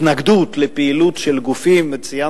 נציין